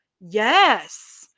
yes